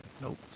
Nope